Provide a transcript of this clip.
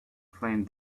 flame